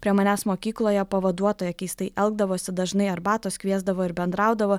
prie manęs mokykloje pavaduotoja keistai elgdavosi dažnai arbatos kviesdavo ir bendraudavo